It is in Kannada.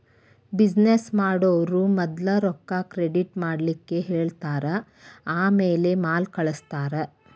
ಬಿಜಿನೆಸ್ ಮಾಡೊವ್ರು ಮದ್ಲ ರೊಕ್ಕಾ ಕ್ರೆಡಿಟ್ ಮಾಡ್ಲಿಕ್ಕೆಹೆಳ್ತಾರ ಆಮ್ಯಾಲೆ ಮಾಲ್ ಕಳ್ಸ್ತಾರ